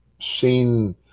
seen